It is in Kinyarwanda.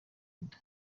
inka